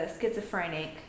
schizophrenic